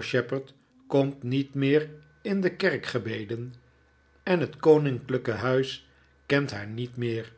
shepherd komt niet meer in de kerkgebeden en het koninklijke huis kent haar niet meer